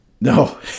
No